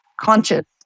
conscious